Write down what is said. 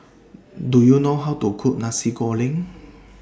Do YOU know How to Cook Nasi Goreng